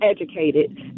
educated